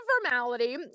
formality